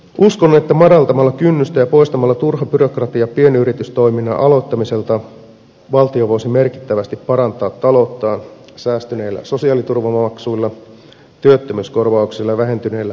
uskon että madaltamalla kynnystä ja poistamalla turhan byrokratian pienyritystoiminnan aloittamiselta valtio voisi merkittävästi parantaa talouttaan säästyneillä sosiaaliturvamaksuilla työttömyyskorvauksilla ja vähentyneellä harmaalla taloudella